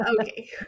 Okay